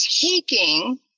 taking